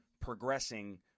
progressing